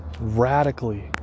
Radically